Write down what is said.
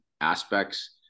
aspects